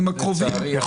אחראי